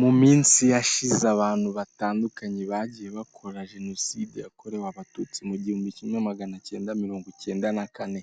Mu minsi yashize abantu batandukanye bagiye bakora jenoside yakorewe abatutsi mu gihumbi kimwe maganacyenda mirongo icyenda na kane